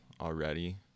already